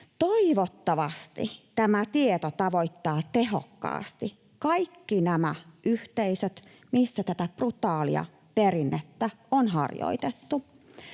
Toivottavasti tämä tieto tavoittaa tehokkaasti kaikki yhteisöt, missä tätä brutaalia perinnettä on harjoitettu.